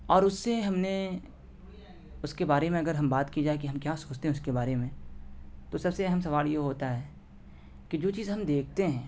اور اس سے ہم نے اس کے بارے میں اگر ہم بات کی جائے کہ ہم کیا سوچتے ہیں اس کے بارے میں تو سب سے اہم سوال یہ ہوتا ہے کہ جو چیز ہم دیکھتے ہیں